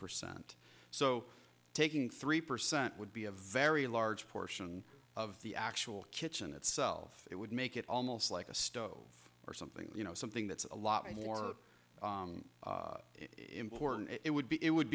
percent so taking three percent would be a very large portion of the actual kitchen itself it would make it almost like a stove or something you know something that's a lot more important it would be it would